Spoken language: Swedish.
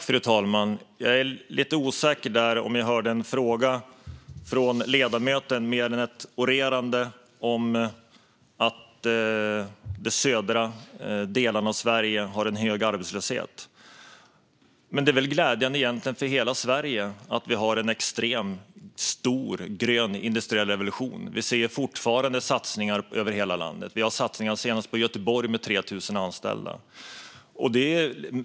Fru talman! Jag är lite osäker på om jag hörde en fråga från ledamoten utöver orerandet om att de södra delarna av Sverige har en hög arbetslöshet. Men det är väl egentligen glädjande för hela Sverige att vi har en extremt stor, grön industriell revolution. Vi ser fortfarande satsningar över hela landet; senast har vi sett satsningar i Göteborg med 3 000 anställda.